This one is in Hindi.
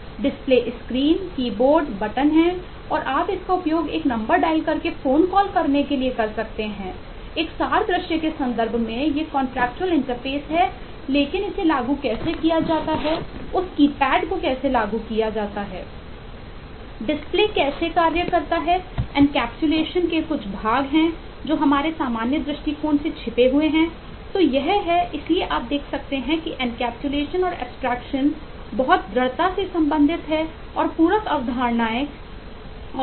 डिस्प्ले के संदर्भ में देखेंगे